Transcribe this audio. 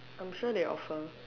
I'm sure they offer